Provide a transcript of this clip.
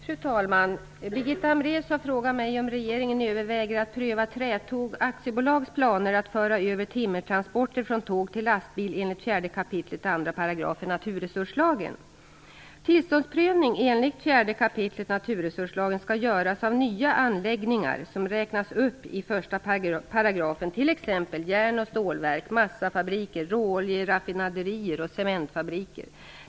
Fru talman! Birgitta Hambraeus har frågat mig om regeringen överväger att pröva Trätåg AB:s planer att föra över timmertransporter från tåg till lastbil enligt 4 kap. 2 § naturresurslagen. §, t.ex. järn och stålverk, massafabriker, råoljeraffinaderier och cementfabriker.